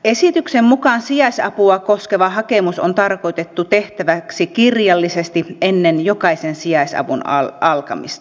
esityksen mukaan sijaisapua koskeva hakemus on tarkoitettu tehtäväksi kirjallisesti ennen jokaisen sijaisavun alkamista